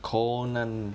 conan